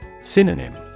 Synonym